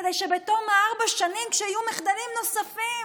כדי שבתום ארבע השנים, כשיהיו מחדלים נוספים